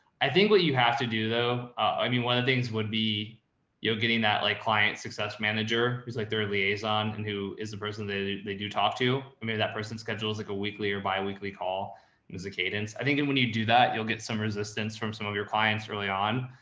i think what you have to do though, i mean, one of the things would be you're getting that like client success manager, who's like their liaison and who is the person that they do talk to. and maybe that person's schedule is like a weekly or bi-weekly call and as a cadence, i think. and when you do that, you'll get some resistance from some of your clients early on.